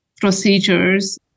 procedures